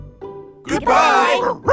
Goodbye